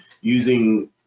using